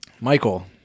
Michael